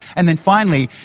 and then finally,